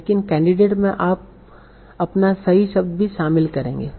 लेकिन केंडीडेट में आप अपना सही शब्द भी शामिल करेंगे